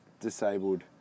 disabled